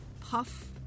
puff